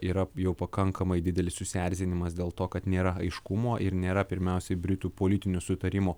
yra jau pakankamai didelis susierzinimas dėl to kad nėra aiškumo ir nėra pirmiausiai britų politinių sutarimo